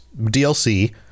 DLC